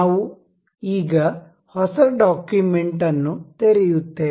ನಾವು ಈಗ ಹೊಸ ಡಾಕ್ಯುಮೆಂಟ್ ಅನ್ನು ತೆರೆಯುತ್ತೇವೆ